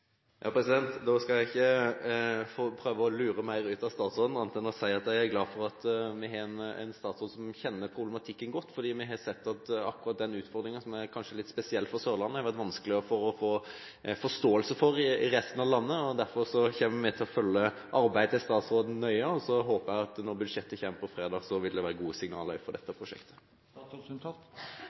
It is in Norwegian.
Da skal jeg ikke prøve å lure mer ut av statsråden, annet enn å si at jeg er glad for at vi har en statsråd som kjenner problematikken godt, for vi har sett at akkurat denne utfordringen, som kanskje er litt spesiell for Sørlandet, er det vanskelig å få forståelse for i resten av landet. Derfor kommer vi til å følge arbeidet til statsråden nøye. Så håper jeg at når budsjettet kommer på fredag, vil det være gode signaler for dette prosjektet.